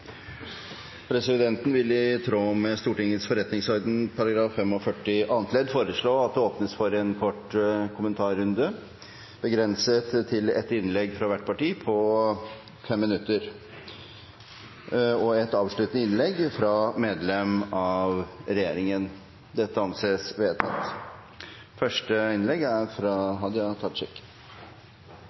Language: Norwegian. Presidenten vil i tråd med Stortingets forretningsorden § 45 annet ledd foreslå at det åpnes for en kort kommentarrunde, begrenset til ett innlegg fra hvert parti på inntil 5 minutter og et avsluttende innlegg fra medlem av regjeringen. – Det anses vedtatt.